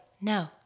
no